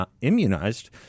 immunized